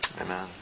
Amen